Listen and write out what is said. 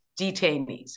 detainees